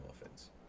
offense